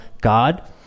God